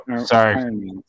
Sorry